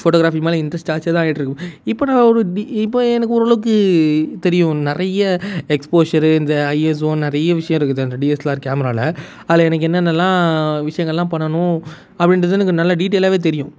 photography மேலே interest ஜாஸ்தியாக தான் ஆகிட்ருக்கு இப்போ நான் ஒரு இப்போ எனக்கு ஓரளவுக்கு தெரியும் நிறைய எக்ஸ்போஷரு இந்த ஐஎஸ்ஒ நிறைய விஷயம் இருக்குது அந்த டிஎஸ்எல்ஆர் கேமராவில் அதில் எனக்கு என்னென்னலாம் விஷயங்கள்லாம் பண்ணணும் அப்படின்றது எனக்கு நல்லா டீட்டெயிலாகவே தெரியும்